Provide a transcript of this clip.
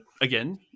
again